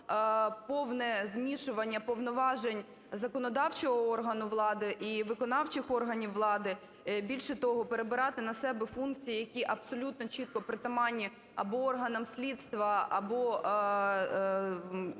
повне змішування повноважень законодавчого органу влади і виконавчих органів влади. Більше того, перебирати на себе функції, які абсолютно чітко притаманні або органам слідства, або